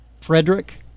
frederick